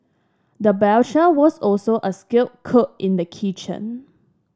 the was also a skilled cook in the kitchen